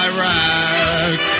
Iraq